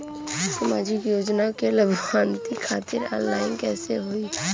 सामाजिक योजना क लाभान्वित खातिर ऑनलाइन कईसे होई?